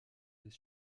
des